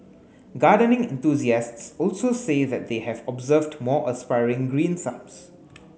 gardening enthusiasts also say that they have observed more aspiring green thumbs